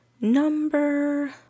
number